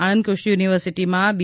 આણંદ ક્રષિ યુનિવર્સિટીમાં બી